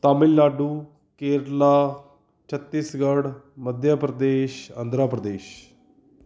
Tamil Nadu Kerala Chhattisgarh Madhya Pradesh Andhra Pradesh